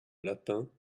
lapins